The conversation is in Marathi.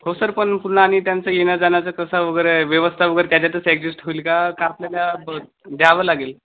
हो सर पण पुन्हा आणि त्यांचं येण्या जाण्याचा कसा वगैरे व्यवस्था वगैरे त्याच्यातच ॲकजस्ट होईल का का आपल्याला ब द्यावं लागेल